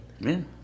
Amen